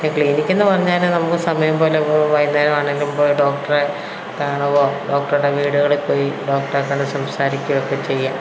ക്ലിനിക്കെന്ന് പറഞ്ഞാൽ നമുക്ക് സമയം പോലെ പോവോ വൈകുന്നേരം ആണേലും പോയാൽ ഡോക്ടറെ കാണുവോ ഡോക്ടറുടെ വീടുകളിൽ പോയി ഡോക്ടറെ കണ്ടു സംസാരിക്കുകയൊക്കെ ചെയ്യാം